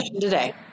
Today